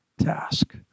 task